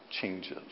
changes